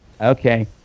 Okay